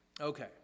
Okay